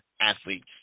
athletes